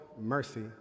mercy